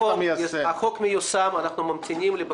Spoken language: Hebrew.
אין בתי מרקחת שלא חיברתם אותם למרות שהם ביקשו?